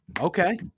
Okay